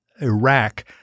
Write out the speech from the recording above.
Iraq